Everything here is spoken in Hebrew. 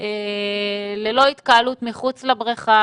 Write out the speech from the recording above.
ללא התקהלות מחוץ לבריכה,